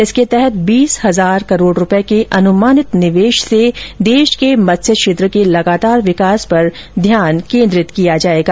इसके तहत बीस हजार करोड़ रूपए के अनुमानित निवेश से देश के मत्स्य क्षेत्र के लगातार विकास पर ध्यान केन्द्रित किया जाएगा